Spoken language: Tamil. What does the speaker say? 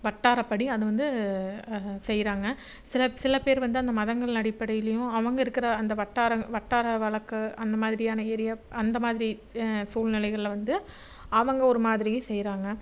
வட்டாரப்படி அது வந்து செய்கிறாங்க சில சில பேர் வந்து அந்த மதங்கள் அடிப்படையிலேயும் அவங்க இருக்கிற அந்த வட்டாரம் வட்டார வழக்கு அந்தமாதிரியான ஏரியா அந்தமாதிரி சூழ்நிலைகளில் வந்து அவங்க ஒரு மாதிரியும் செய்கிறாங்க